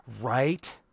Right